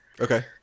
Okay